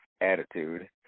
attitude